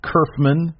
Kerfman